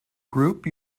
group